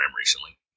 recently